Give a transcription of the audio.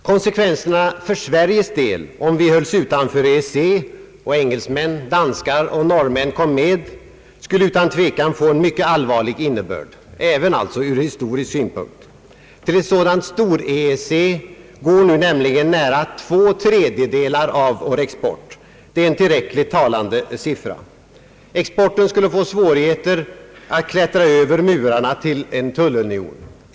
Konsekvenserna för Sveriges del, om vi hölls utanför EEC och engelsmän, danskar och norrmän kom med, skulle utan tvekan få en mycket allvarlig innebörd; alltså även ur historisk synpunkt. Till ett sådant stor-EEC går nu nämligen nära två tredjedelar av vår export. Det är en tillräckligt talande siffra. Exporten skulle få svårigheter att klättra över murarna till en tullunion.